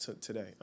today